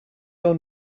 your